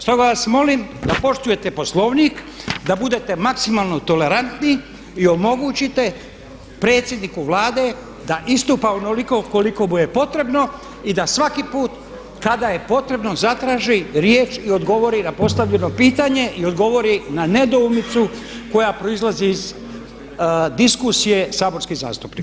Stoga vas molim da poštujete Poslovnik, da budete maksimalno tolerantniji i omogućite predsjedniku Vlade da istupa onoliko koliko mu je potrebno i da svaki put kada je potrebno zatraži riječ i odgovori na postavljeno pitanje i odgovori na nedoumicu koja proizlazi iz diskusije saborskih zastupnika.